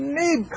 need